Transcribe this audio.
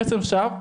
כסף שם,